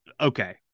okay